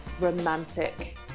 romantic